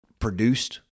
produced